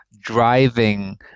driving